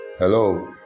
Hello